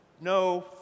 no